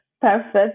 Perfect